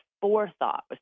forethought